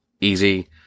easy